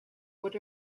what